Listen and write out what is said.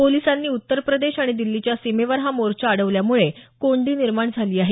पोलिसांनी उत्तरप्रदेश आणि दिल्लीच्या सीमेवर हा मोर्चा अडवल्यामुळे कोंडी निर्माण झाली आहे